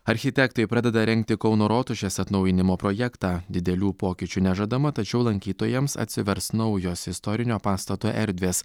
architektai pradeda rengti kauno rotušės atnaujinimo projektą didelių pokyčių nežadama tačiau lankytojams atsivers naujos istorinio pastato erdvės